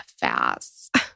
fast